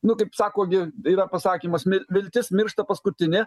nu kaip sako gi yra pasakymas viltis miršta paskutinė